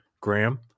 Graham